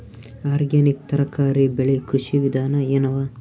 Organic ತರಕಾರಿ ಬೆಳಿ ಕೃಷಿ ವಿಧಾನ ಎನವ?